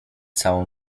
całą